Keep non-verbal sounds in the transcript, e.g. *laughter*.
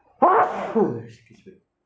*noise* excuse me